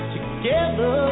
Together